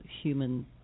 human